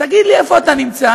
תגיד לי איפה אתה נמצא,